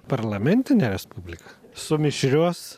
parlamentinė respublika su mišrios